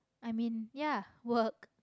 I mean ya work